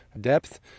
depth